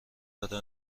داره